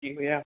जी भय्या